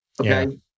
okay